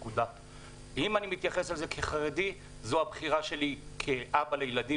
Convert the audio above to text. אם אני מתייחס לזה כחרדי זאת הבחירה שלי כאבא לילדים,